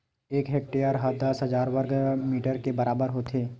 एक हेक्टेअर हा दस हजार वर्ग मीटर के बराबर होथे